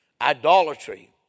idolatry